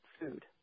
food